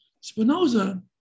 Spinoza